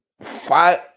Five